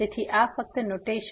તેથી આ ફક્ત નોટેશન છે